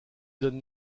donne